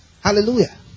Hallelujah